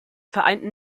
vereinten